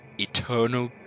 eternal